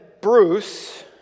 Bruce